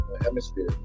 hemisphere